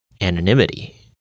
anonymity